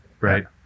Right